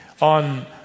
on